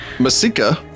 Masika